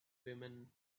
woman